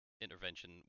intervention